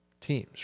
teams